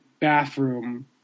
bathroom